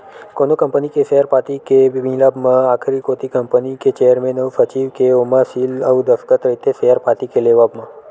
कोनो कंपनी के सेयर पाती के मिलब म आखरी कोती कंपनी के चेयरमेन अउ सचिव के ओमा सील अउ दस्कत रहिथे सेयर पाती के लेवब म